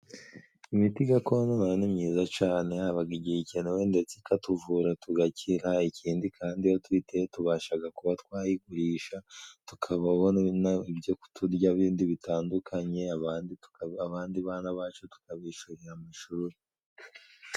Imiti gakondo na yo ni myiza cane, habaga igihe ikenewe ndetse ikatuvura tugakira, ikindi kandi iyo tuyiteye tubashaga kuba twayigurisha tukababona ibyo turya bindi bitandukanye, abandi bana bacu tukabishurira amashuri.